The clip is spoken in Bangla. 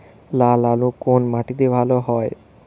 লাল আলু কোন মাটিতে ভালো হয়?